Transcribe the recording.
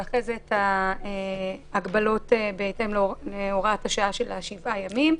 ואחרי זה את ההגבלות בהתאם להוראת השעה של השבעה ימים.